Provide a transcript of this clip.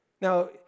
Now